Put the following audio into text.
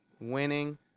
Winning